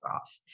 off